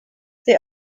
they